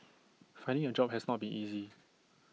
finding A job has not been easy